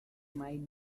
might